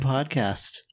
Podcast